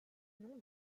nom